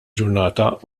ġurnata